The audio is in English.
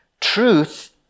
Truth